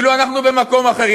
כאילו אנחנו במקום אחר.